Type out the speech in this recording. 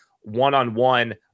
one-on-one